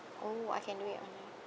oh I can do it online